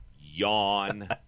Yawn